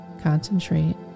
Concentrate